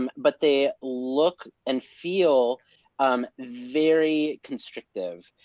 um but they look and feel very constrictive.